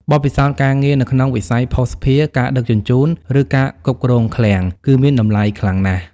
បទពិសោធន៍ការងារនៅក្នុងវិស័យភស្តុភារ ការដឹកជញ្ជូន ឬការគ្រប់គ្រងឃ្លាំង គឺមានតម្លៃខ្លាំងណាស់។